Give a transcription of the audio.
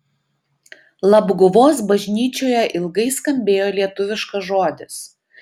labguvos bažnyčioje ilgai skambėjo lietuviškas žodis